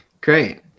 great